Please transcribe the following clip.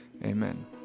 Amen